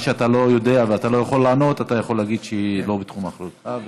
מה שאתה לא יודע ואתה לא יכול לענות אתה יכול להגיד שלא בתחום אחריותך,